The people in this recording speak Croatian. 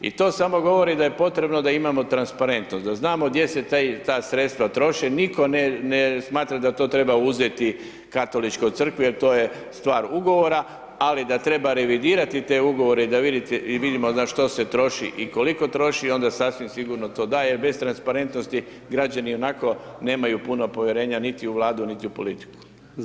I to samo govori da je potrebno da imamo transparentnost, da znamo gdje se ta sredstva troše, nitko ne smatra da to treba uzeti Katoličkoj crkvi jer to je stvar ugovora ali treba revidirati te ugovore da vidimo na što se troši i koliko troši, onda sasvim sigurno to daje jer bez transparentnosti građani ionako nemaju puno povjerenja niti u Vladu niti u politiku.